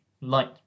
light